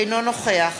אינו נוכח